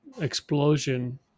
explosion